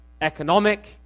economic